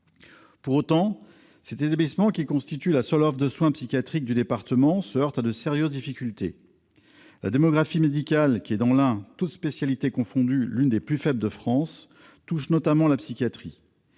Pour autant, cet établissement, qui constitue la seule offre de soins psychiatriques du département, se heurte à de sérieuses difficultés. La baisse de la démographie médicale- celle-ci est dans l'Ain, toutes spécialités confondues, l'une des plus faibles de France -touche notamment la psychiatrie.